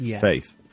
faith